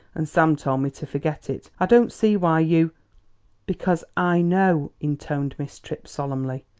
and sam told me to forget it i don't see why you because i know, intoned miss tripp solemnly.